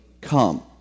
come